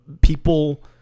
people